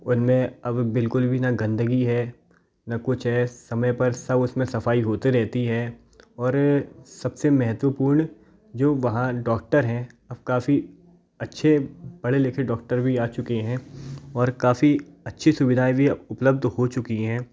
उन में अब बिल्कुलभी ना गांदगी है ना कुछ है समय पर सब उसमें सफ़ाई होती रहती है और सब से महत्वपूर्ण जो वहाँ डॉक्टर हैं अब काफ़ी अच्छे पढ़े लिखे डॉक्टर भी आ चुके हैं और काफ़ी अच्छी सुविधाएं भी उपलब्ध हो चुकी हैं